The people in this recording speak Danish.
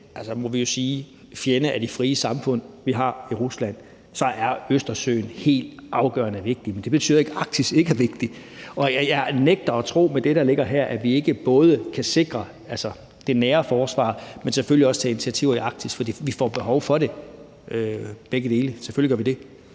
må vi jo sige, fjende af det frie samfund, vi har i Rusland, er Østersøen helt afgørende vigtig. Men det betyder ikke, at Arktis ikke er vigtig, og jeg nægter at tro med det, der ligger her, at vi ikke både kan sikre det nære forsvar, men selvfølgelig også lave initiativer i Arktis, for vi får behov for begge dele – selvfølgelig gør vi det.